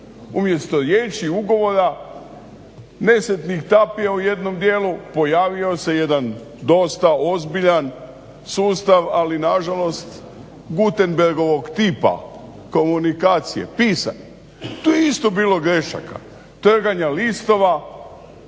Umjesto riječi ugovora nesretnih tapija u jednom dijelu pojavio se jedan dosta ozbiljan sustav ali nažalost gutenbergovog tipa komunikacije, pisani. Tu je isto bilo grešaka, trganja listova,